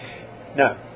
Now